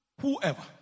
Whoever